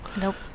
nope